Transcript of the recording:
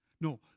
No